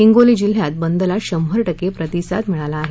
हिंगोली जिल्ह्यात बंदला शंभर टक्के प्रतिसाद मिळाला आहे